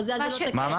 החוזה הזה לא תקף.